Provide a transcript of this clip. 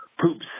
poops